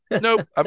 nope